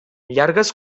llargues